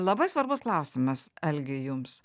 labai svarbus klausimas algi jums